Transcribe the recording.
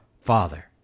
father